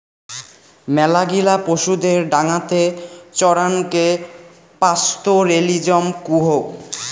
মেলাগিলা পশুদের ডাঙাতে চরানকে পাস্তোরেলিজম কুহ